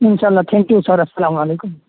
ان شاء اللہ thank you sir السلام علیکم